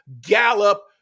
Gallup